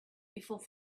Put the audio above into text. before